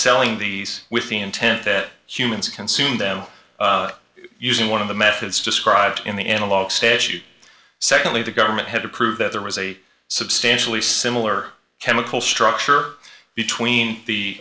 selling these with the intent that humans consume them using one of the methods described in the analogue statute secondly the government had to prove that there was a substantially similar chemical structure between the